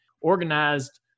organized